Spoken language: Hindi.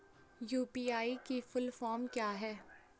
यु.पी.आई की फुल फॉर्म क्या है?